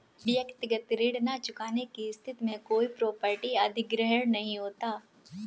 व्यक्तिगत ऋण न चुकाने की स्थिति में कोई प्रॉपर्टी अधिग्रहण नहीं होता